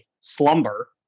slumber